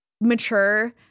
mature